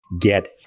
get